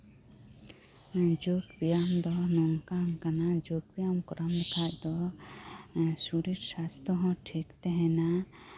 ᱡᱳᱜ ᱵᱮᱭᱟᱢ ᱫᱚ ᱱᱚᱝᱠᱟᱱ ᱠᱟᱱᱟ ᱡᱳᱜ ᱵᱮᱭᱟᱢ ᱠᱚᱨᱟᱣ ᱞᱮᱠᱷᱟᱱ ᱫᱚ ᱥᱚᱨᱤᱨ ᱥᱟᱥᱛᱷᱚ ᱦᱚᱸ ᱴᱷᱤᱠ ᱛᱟᱸᱦᱮᱱᱟ